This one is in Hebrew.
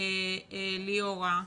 נירה,